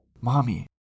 Mommy